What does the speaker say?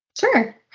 Sure